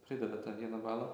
prideda tą vieną balą